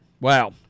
Wow